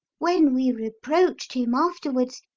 when we reproached him afterwards,